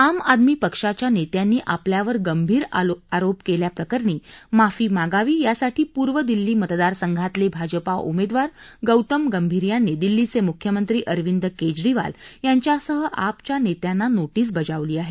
आम आदमी पक्षाच्या नेत्यांनी आपल्यावर गंभीर आरोप केल्याप्रकरणी माफी मागावी यासाठी पूर्व दिल्ली मतदारसंघातले भाजपा उमेदवार गौतम गंभीर यांनी दिल्लीचे मुख्यमंत्री अरविद केजरीवाल यांच्यासह आपच्या नेत्यांना नोटीस बजावली आहे